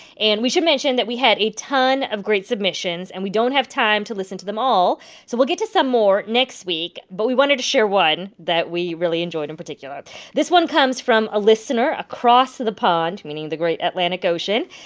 and we should mention that we had a ton of great submissions, and we don't have time to listen to them all. so we'll get to some more next week. but we wanted to share one that we really enjoyed in particular this one comes from a listener across the pond, meaning the great atlantic ocean.